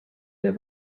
der